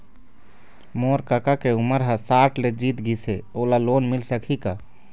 मोर कका के उमर ह साठ ले जीत गिस हे, ओला लोन मिल सकही का?